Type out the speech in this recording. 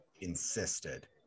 insisted